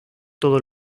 todos